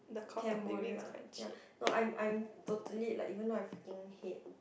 Cambodia ya no I'm I'm totally like even though I freaking hate